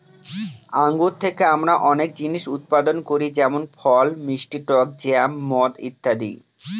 আঙ্গুর থেকে আমরা অনেক জিনিস উৎপাদন করি যেমন ফল, মিষ্টি টক জ্যাম, মদ ইত্যাদি